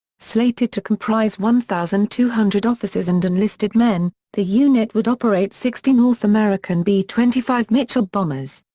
slated to comprise one thousand two hundred officers and enlisted men, the unit would operate sixty north american b twenty five mitchell bombers.